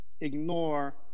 ignore